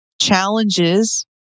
challenges